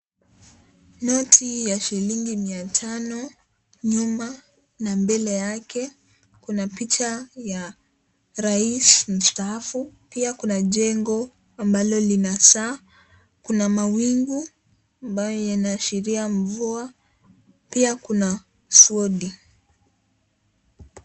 Noti ya shilingi mia tano nyuma na mbele yake, kuna picha ya raisi mstaafu, pia kuna jengo ambalo lina saa, kuna mawingu ambayo yanaashiria mvua, pia kuna swodi